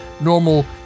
normal